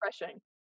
refreshing